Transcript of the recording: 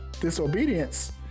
disobedience